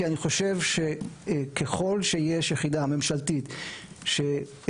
כי אני חושב שכל עוד יש יחידה ממשלתית שמטפלת